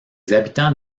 habitants